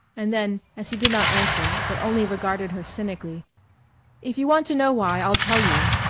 and then as he did not answer but only regarded her cynically if you want to know why, i'll tell you.